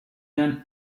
than